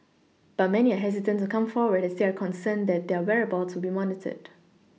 but many are hesitant to come forward as they are concerned that their whereabouts would be monitored